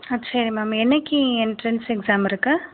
சரி மேம் என்றைக்கி entrance exam இருக்குது